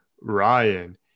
Ryan